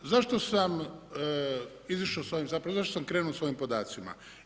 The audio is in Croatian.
Zašto sam izišao s ovim, zapravo zašto sam krenuo s ovim podacima?